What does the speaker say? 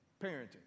parenting